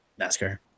NASCAR